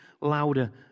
louder